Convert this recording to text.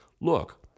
Look